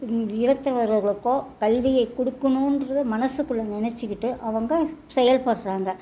இனத்தவர்களுக்கோ கல்வியைக் கொடுக்கணுங்குற மனசுக்குள்ளே நினச்சிக்கிட்டு அவங்க செயல்படுறாங்க